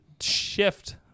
shift